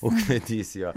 ūkvedys jo